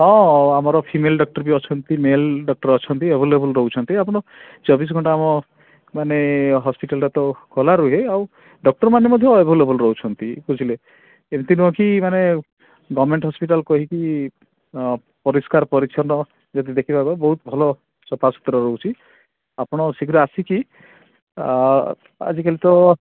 ହଁ ଆମର female doctor ବି ଅଛନ୍ତି ମେଲ୍ ଡ଼କ୍ଟର ବି ଅଛନ୍ତି ଏଭେଲେବୁଲ୍ ରହୁଛନ୍ତି ଆପଣ ଚବିଶ ଘଣ୍ଟା ଆମ ମାନେ ହସ୍ପିଟାଲ୍ଟା ତ ଖୋଲାରୁହେ ଆଉ ଡ଼କ୍ଟରମାନେ ମଧ୍ୟ ଏଭେଲେବୁଲ୍ ରହୁଛନ୍ତି ବୁଝିଲେ ଏମତି ନୁହଁ କି ମାନେ ଗଭ୍ମେଣ୍ଟ ହସ୍ପିଟାଲ୍ କହିକି ପରିଷ୍କାର ପରିଚ୍ଛନ୍ନ ଯଦି ଦେଖିବାକୁ ହୁଏ ବହୁତ ଭଲ ସଫା ସୁତରା ରହୁଛି ଆପଣ ଶୀଘ୍ର ଆସିକି ଆ ଆଜିକାଲି ତ